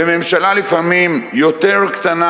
ולפעמים ממשלה יותר קטנה,